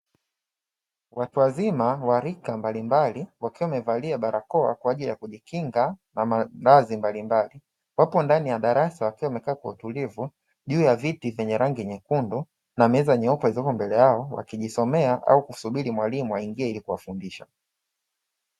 Watu wazima wa rika mbalimbali wakiwa wamevalia barakoa kwa ajili ya kujikinga na maradhi mbalimbali, wapo ndani ya darasa wakiwa wamekaa kutulivu juu ya viti vyenye rangi nyekundu na meza nyeupe mbele yao wakijisomea au kusubiri mwalimu aingie ili kuwafundisha.